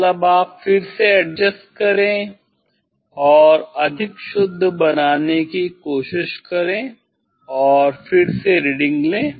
मतलब आप बस फिर से एडजस्ट करें और अधिक शुद्ध बनाने की कोशिश करें और फिर से रीडिंग लें